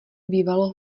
bývalo